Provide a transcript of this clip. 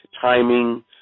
timing